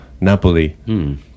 Napoli